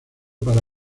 para